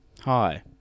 Hi